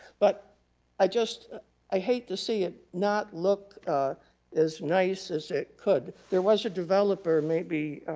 but i just ah hate to see it not look as nice as it could. there was a developer maybe